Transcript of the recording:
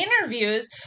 interviews